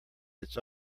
its